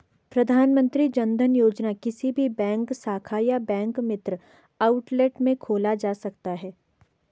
प्रधानमंत्री जनधन योजना किसी भी बैंक शाखा या बैंक मित्र आउटलेट में खोला जा सकता है